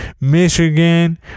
Michigan